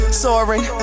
soaring